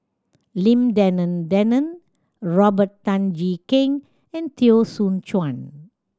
Lim Denan Denon Robert Tan Jee Keng and Teo Soon Chuan